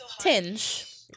tinge